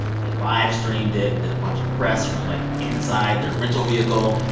they live streamed it and did a bunch of press from, like, inside their rental vehicle.